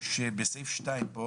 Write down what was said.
בסעיף (2) פה